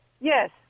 Yes